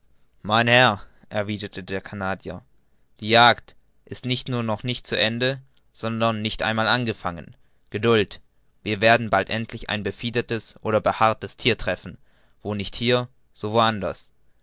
herr erwiderte der canadier die jagd ist nicht nur noch nicht zu ende sondern nicht einmal angefangen geduld wir werden bald endlich ein befiedertes oder behaartes thier treffen wo nicht hier so anderswo